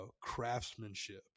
craftsmanship